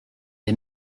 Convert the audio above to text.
les